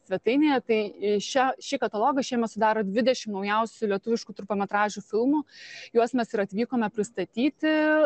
svetainėje tai i šią šį katalogą šiemet sudaro dvidešim naujausių lietuviškų trumpametražių filmų juos mes ir atvykome pristatyti